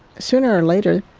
sooner or later,